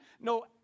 no